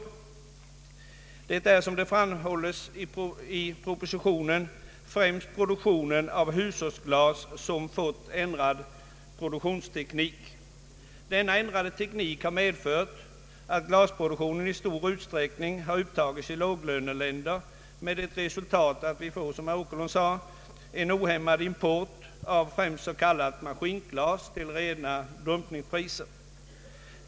Såsom framhålles i propositionen har den ändrade produktionstekniken främst berört framställningen av hushållsglas. Denna ändrade teknik har medfört att glasproduktion i stor utsträckning tagits upp i låglöneländer, med resultat — som herr Åkerlund sade — att vi har fått en ohämmad import av s.k. maskinglas till rena dumpingpriser.